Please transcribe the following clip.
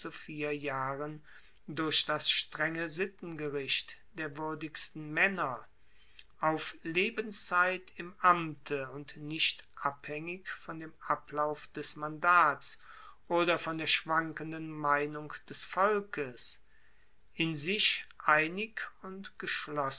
vier jahren durch das strenge sittengericht der wuerdigsten maenner auf lebenszeit im amte und nicht abhaengig von dem ablauf des mandats oder von der schwankenden meinung des volkes in sich einig und